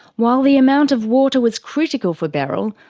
while the amount of water was critical for beryl,